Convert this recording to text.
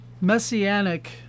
Messianic